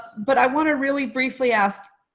but i want to really briefly ask,